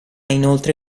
inoltre